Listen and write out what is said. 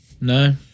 No